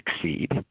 succeed